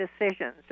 decisions